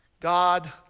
God